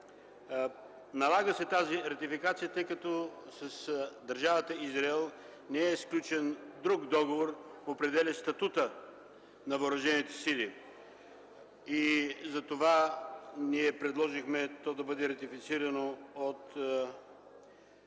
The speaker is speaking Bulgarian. България. Тази ратификация се налага, тъй като с Държавата Израел не е сключен друг договор, определящ статута на въоръжените сили. Затова ние предложихме то да бъде ратифицирано от